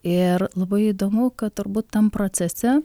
ir labai įdomu kad turbūt tam procese